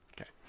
okay